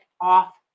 off